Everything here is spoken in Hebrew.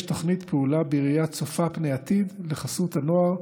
תוכנית פעולה בראייה צופה פני עתיד לחסות הנוער,